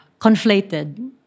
conflated